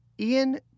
Ian